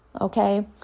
Okay